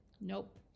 nope